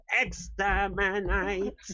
exterminate